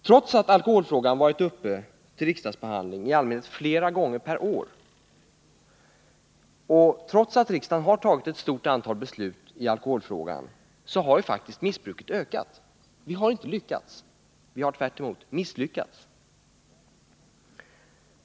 Trots att alkoholfrågan varit uppe till behandling i riksdagen i allmänhet flera gånger per år och trots att riksdagen tagit ett stort antal beslut i denna fråga har missbruket faktiskt ökat. Vi har inte lyckats. Vi har tvärtom misslyckats.